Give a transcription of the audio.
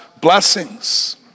blessings